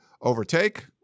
overtake